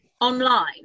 online